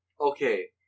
Okay